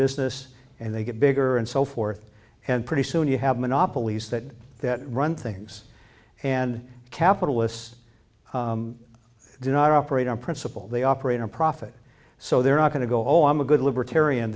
business and they get bigger and so forth and pretty soon you have monopolies that that run things and capitalists do not operate on principle they operate a profit so they're not going to go on the good libertarian